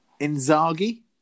Inzaghi